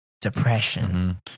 depression